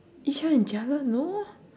ishan and jia-le no lah